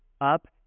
up